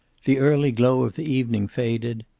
the early glow of the evening faded.